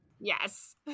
yes